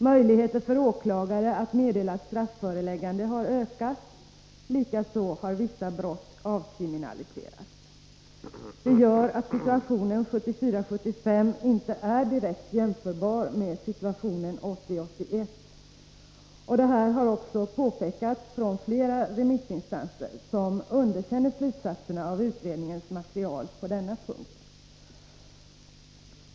Möjligheter för åklagare att meddela strafföreläggande har ökat. Likaså har vissa brott avkriminaliserats. Det gör att situationen 1974 81. Detta har också påpekats från flera remissinstanser, som underkänner slutsatserna av utredningens material på denna punkt.